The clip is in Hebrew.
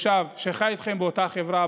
כתושב שחי איתכם באותה חברה,